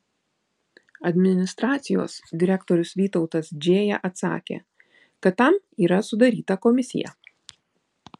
administracijos direktorius vytautas džėja atsakė kad tam yra sudaryta komisija